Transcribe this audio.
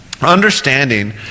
understanding